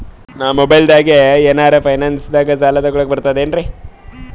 ನಾ ಮೊಬೈಲ್ದಾಗೆ ಏನರ ಫೈನಾನ್ಸದಾಗ ಸಾಲ ತೊಗೊಲಕ ಬರ್ತದೇನ್ರಿ?